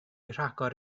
rhagor